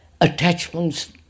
attachments